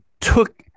took